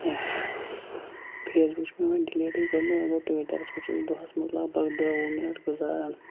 کینٛہہ فیسبُک چھِ مےٚ وۄنۍ ڈِلیٖٹٕے کوٚرمُت وۄنۍ گوٚو ٹُویٖٹَرَس پٮ۪ٹھ چھُس بہٕ دۄہَس منٛز لگ بگ دٔہ وُہ مِنَٹ گُزاران